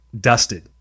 dusted